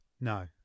No